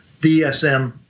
DSM